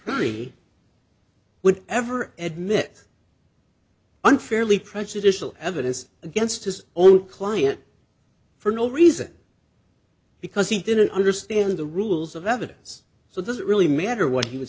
would ever admit unfairly prejudicial evidence against his own client for no reason because he didn't understand the rules of evidence so that really matter what he would